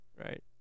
right